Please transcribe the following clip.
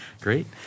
Great